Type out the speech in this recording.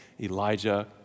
Elijah